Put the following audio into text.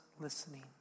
listening